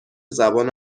زبان